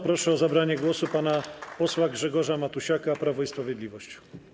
Proszę o zabranie głosu pana posła Grzegorza Matusiaka, Prawo i Sprawiedliwość.